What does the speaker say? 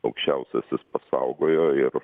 aukščiausiasis pasaugojo ir